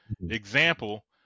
Example